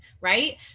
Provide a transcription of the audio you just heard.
right